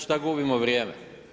Šta gubimo vrijeme?